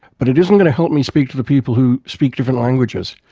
but it isn't going to help me speak to the people who speak different languages.